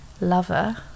lover